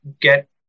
get